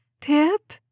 Pip